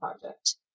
project